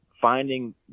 finding